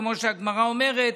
כמו שהגמרא אומרת,